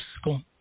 school